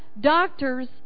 doctors